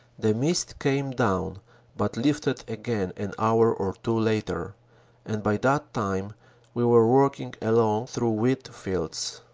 the mist came down but lifted again an hour or two later and by that time we were working along through wheat fields.